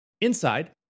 Inside